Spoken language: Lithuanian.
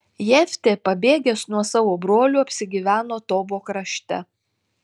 jeftė pabėgęs nuo savo brolių apsigyveno tobo krašte